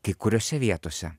kai kuriose vietose